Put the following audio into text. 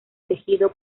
tejido